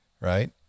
right